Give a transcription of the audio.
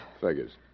Figures